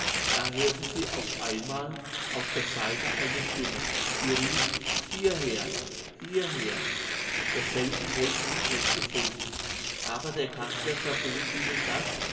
da hörten sie auf einmal auf der seite eine stimme die rief hierher hierher derselben wollten die knechte folgen aber der kanzler verbot ihnen das